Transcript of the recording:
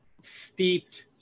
steeped